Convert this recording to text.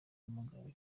umugabo